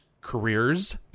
career's